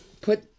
put